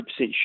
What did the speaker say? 100%